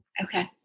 Okay